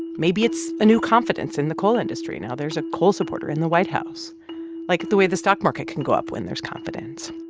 maybe it's a new confidence in the coal industry. now there's a coal supporter in the white house like the way the stock market can go up when there's confidence.